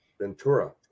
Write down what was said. Ventura